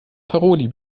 paroli